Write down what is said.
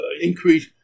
increase